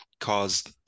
caused